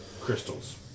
crystals